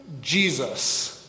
Jesus